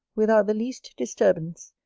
without the least disturbance,